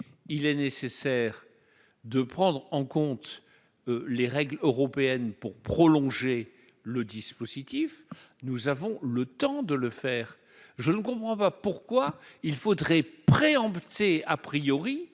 il est nécessaire de prendre en compte les règles européennes pour prolonger le dispositif, nous avons le temps de le faire. Je ne comprends pas pourquoi il faudrait dès à présent